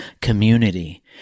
community